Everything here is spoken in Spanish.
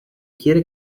quiere